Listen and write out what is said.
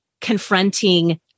confronting